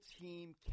team